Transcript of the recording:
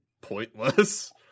pointless